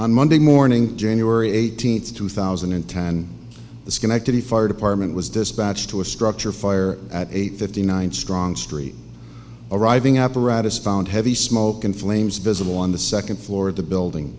on monday morning january eighteenth two thousand and ten the schenectady fire department was dispatched to a structure fire at eight fifty nine strong street arriving apparatus found heavy smoke and flames visible on the second floor of the building